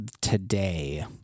today